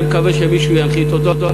ואני מקווה שמישהו ינחית אותו.